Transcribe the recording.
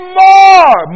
more